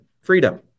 Freedom